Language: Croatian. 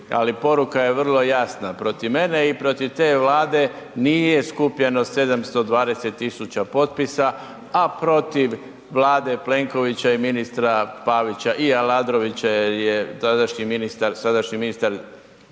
ali poruka je vrlo jasna, protiv mene i protiv te Vlade nije skupljeno 720 000 potpisa a protiv Vlade Plenkovića i ministra Pavića i Aladrovića jer je tadašnji ministar